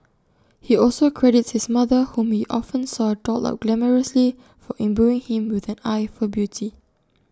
he also credits his mother whom he often saw dolled up glamorously for imbuing him with an eye for beauty